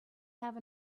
have